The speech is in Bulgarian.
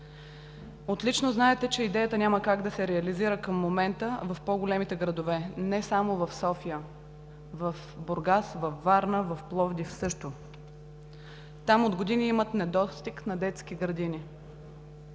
Отлично знаете, че идеята няма как да се реализира към момента в по-големите градове, не само в София, а и в Бургас, във Варна, в Пловдив – също. Там от години имат недостиг на детски градини.